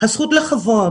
הזכות לכבוד,